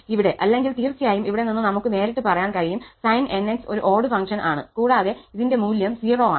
ഇവിടെ അല്ലെങ്കിൽ തീർച്ചയായും ഇവിടെ നിന്ന് നമുക്ക് നേരിട്ട് പറയാൻ കഴിയും sin 𝑛𝑥 ഒരു ഓട് ഫങ്ക്ഷന് ആണ് കൂടാതെ ഇതിന്റെ മൂല്യം 0 ആണ്